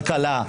כלכלה,